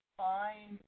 find